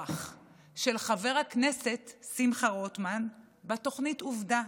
של חבר הכנסת שמחה רוטמן בתוכנית עובדה.